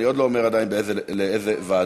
אני לא אומר עדיין לאיזו ועדה.